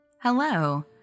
Hello